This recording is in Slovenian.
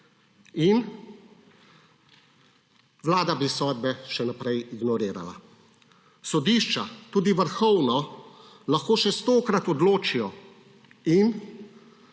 in, Vlada bi sodbe še naprej ignorirala. Sodišča, tudi Vrhovno, lahko še stokrat odločijo in,